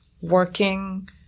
working